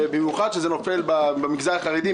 ובמיוחד שזה נופל במגזר החרדי.